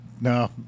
No